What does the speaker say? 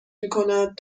میکند